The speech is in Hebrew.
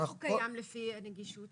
איך הוא קיים לפי הנגישות?